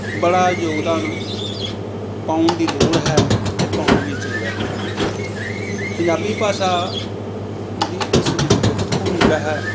ਬੜਾ ਯੋਗਦਾਨ ਪਾਉਣ ਦੀ ਲੋੜ ਹੈ ਅਤੇ ਪਾਉਣਾ ਵੀ ਚਾਹੀਦਾ ਹੈ ਪੰਜਾਬੀ ਭਾਸ਼ਾ ਦੀ ਇਸ ਵਿੱਚ ਬਹੁਤ ਭੂਮਿਕਾ ਹੈ